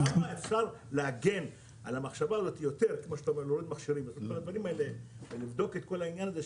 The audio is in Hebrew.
כמה אפשר להוריד מכשירים ולבדוק את כל העניין הזה,